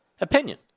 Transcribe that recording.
opinion